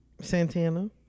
Santana